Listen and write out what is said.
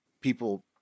people